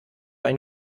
ein